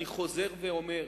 אני חוזר ואומר: